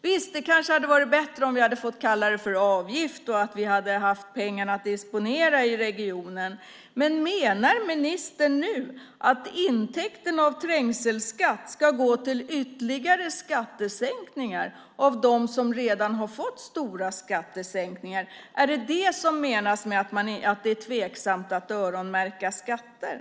Visst, det hade kanske varit bättre om vi kunnat kalla det för avgift och haft att disponera pengarna i regionen, men menar ministern att intäkterna av trängselskatt ska gå till ytterligare skattesänkningar för dem som redan fått stora skattesänkningar? Är det det som menas med att det är tveksamt att öronmärka skatter?